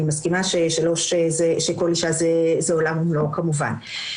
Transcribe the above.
אני מסכימה שכל אישה זה עולם ומלואו כמובן.